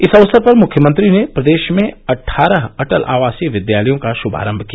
इस अवसर पर मुख्यमंत्री ने प्रदेश में अट्ठारह अटल आवासीय विद्यालयों का शुभारंभ किया